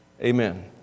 amen